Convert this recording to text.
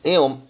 !aiyo!